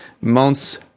months